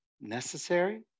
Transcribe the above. necessary